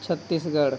Chhattisgarh